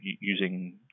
using